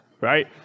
right